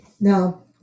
no